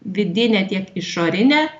vidinė tiek išorinė